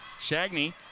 Shagney